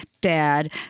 Dad